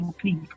please